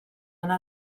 yna